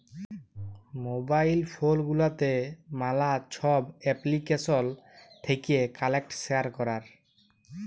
mobile phone গুলাতে ম্যালা ছব এপ্লিকেশল থ্যাকে কল্টাক্ট শেয়ার ক্যরার